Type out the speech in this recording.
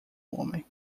homem